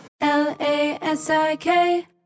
L-A-S-I-K